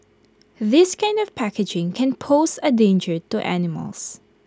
this kind of packaging can pose A danger to animals